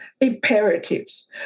imperatives